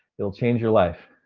it'll change your life.